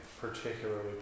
particularly